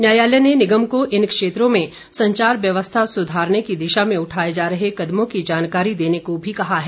न्यायालय ने निगम को इन क्षेत्रों में संचार व्यवस्था सुधारने की दिशा में उठाए जा रहे कदमों की जानकारी देने को भी कहा है